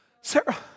Sarah